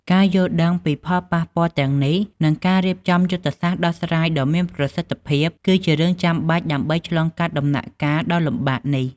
ការយល់ដឹងពីផលប៉ះពាល់ទាំងនេះ និងការរៀបចំយុទ្ធសាស្ត្រដោះស្រាយដ៏មានប្រសិទ្ធភាព គឺជារឿងចាំបាច់ដើម្បីឆ្លងកាត់ដំណាក់កាលដ៏លំបាកនេះ។